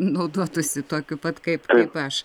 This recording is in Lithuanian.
naudotųsi tokiu pat kaip kaip aš